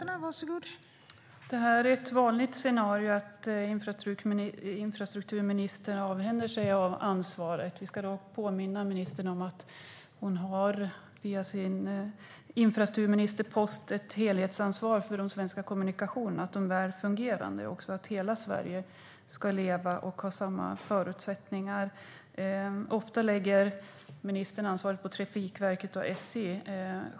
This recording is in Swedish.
Fru talman! Det är ett vanligt scenario att infrastrukturministern avhänder sig ansvaret. Vi ska dock påminna ministern om att hon har via sin infrastrukturministerpost ett helhetsansvar för att de svenska kommunikationerna är väl fungerande och att hela Sverige ska leva och ha samma förutsättningar. Ofta lägger ministern ansvaret på Trafikverket och SJ.